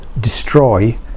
destroy